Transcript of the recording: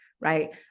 right